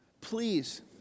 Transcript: Please